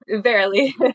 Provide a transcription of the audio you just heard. barely